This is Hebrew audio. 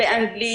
באנגלית,